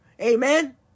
Amen